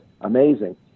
amazing